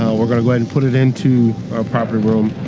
we're gonna go ahead and put it into our property room,